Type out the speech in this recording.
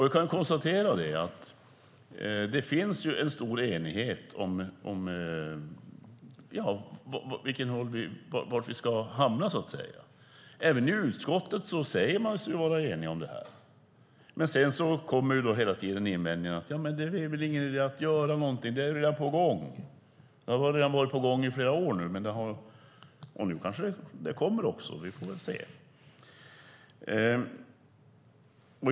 Jag kan konstatera att det råder stor enighet om var vi så att säga ska landa. Även i utskottet säger man sig vara enig om det. Men sedan kommer hela tiden invändningen att det inte är någon idé att göra någonting, att det redan är på gång. Det har varit på gång i flera år, och nu kanske det kommer. Vi får väl se.